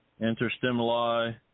interstimuli